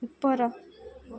ଉପର